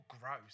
gross